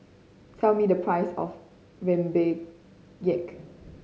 tell me the price of Rempeyek